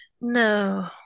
No